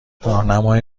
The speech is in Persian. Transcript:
راهنمای